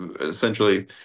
essentially